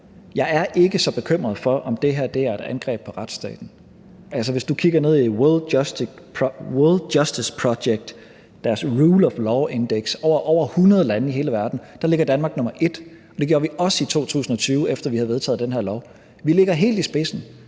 Jeg er ikke så bekymret for, om det her er et angreb på retsstaten. Hvis du kigger ned i World Justice Projects Rule of Law Index af over 100 lande i hele verden, kan du se, at Danmark ligger nr. 1, og det gjorde vi også i 2020, efter at vi havde vedtaget den her lov. Vi ligger helt i spidsen,